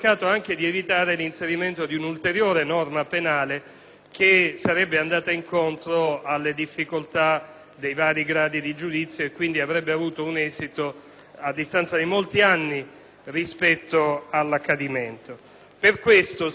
che sarebbe andata incontro alle difficoltà dei vari gradi di giudizio e quindi avrebbe avuto un esito a distanza di molti anni rispetto all'accadimento. Per questo si è immaginato di circoscrivere l'area di interesse